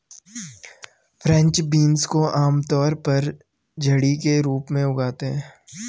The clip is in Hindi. फ्रेंच बीन्स को आमतौर पर झड़ी के रूप में उगाते है